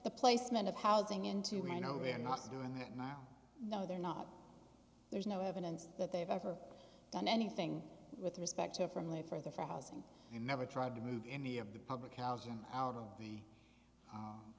the placement of housing into we know we're not doing that now no they're not there's no evidence that they've ever done anything with respect to friendly for the for housing and never tried to move any of the public housing out of the